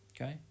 okay